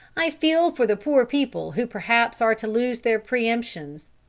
i feel for the poor people who perhaps are to lose their pre-emptions.